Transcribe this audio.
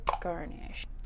garnish